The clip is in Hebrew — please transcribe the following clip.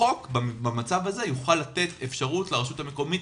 החוק במצב הזה יוכל לתת אפשרות לרשות המקומית